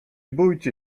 bójcie